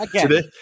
Today